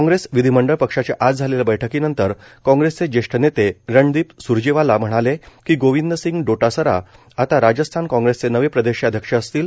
कॉग्रेस विधिमंडळ पक्षाच्या आज झालेल्या बैठकीनंतर कॉग्रेसचे ज्येष्ठ नेते रणदीप स्रजेवाला म्हणाले की गोविंदसिंग डोटासरा आता राजस्थान कॉग्रेसचे नवे प्रदेशाध्यक्ष असतील